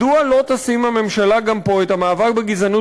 מדוע לא תשים הממשלה גם פה את המאבק בגזענות